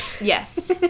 yes